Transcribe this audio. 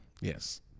yes